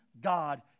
God